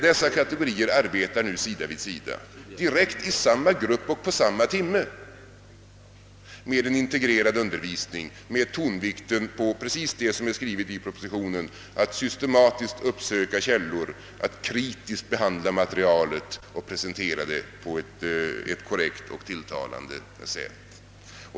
Dessa båda kategorier arbetar sida vid sida i samma grupp och på samma timme med integrerad undervisning, där tonvikten är lagd just på vad som skrivs i propositionen — att systematiskt uppsöka källor, att kritiskt behandla materialet och presentera det på ett korrekt och tilltalande sätt.